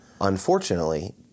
unfortunately